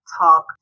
talk